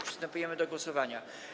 Przystępujemy do głosowania.